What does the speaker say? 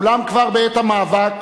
אולם כבר בעת המאבק,